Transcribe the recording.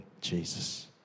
Jesus